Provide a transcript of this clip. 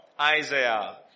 Isaiah